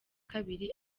kabiri